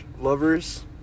lovers